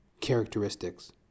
characteristics